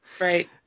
Right